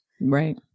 Right